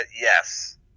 yes